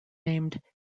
named